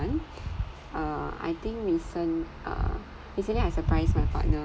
uh I think recent uh recently I surprised my partner